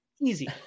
easy